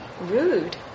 rude